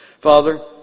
Father